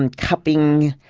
and cupping,